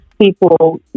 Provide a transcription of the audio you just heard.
people